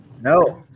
No